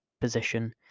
position